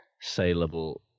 saleable